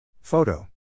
Photo